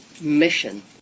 mission